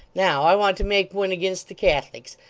now i want to make one against the catholics,